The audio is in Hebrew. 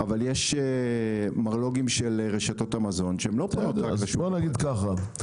אבל יש מרלו"גים של רשתות המזון שהן לא פונות --- אז בואו נגיד ככה.